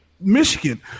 Michigan